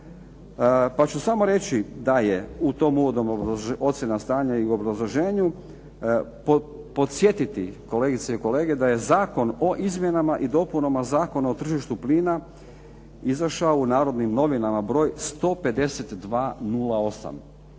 Pa ću samo reći da je ocjena stanja i u obrazloženju podsjetiti kolegice i kolege da je Zakon o izmjenama i dopunama Zakona o tržištu plina izašao u "Narodnim novinama" br. 152/08.